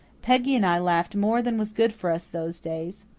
peggy and i laughed more than was good for us those days.